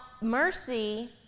mercy